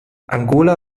angola